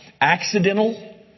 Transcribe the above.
accidental